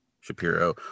Shapiro